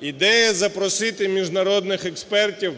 Ідея запросити міжнародних експертів